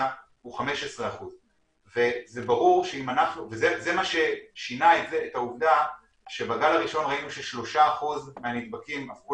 הוא 15%. זה מה ששינה את העובדה שבגל הראשון ראינו ש-3% מהנדבקים הפכו